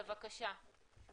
בבקשה.